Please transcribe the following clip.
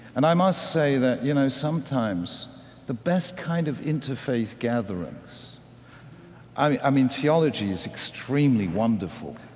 and i must say that, you know, sometimes the best kind of interfaith gatherance i mean, theology is extremely wonderful.